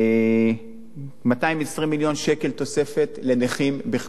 220 מיליון שקל תוספת לנכים בכלל.